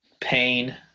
pain